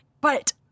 But-